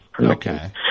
Okay